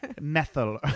methyl